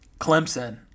Clemson